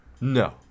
No